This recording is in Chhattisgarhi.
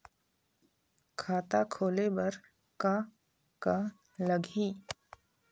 खाता खोले बर का का लगही?